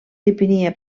depenia